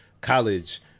college